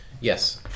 yes